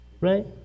Right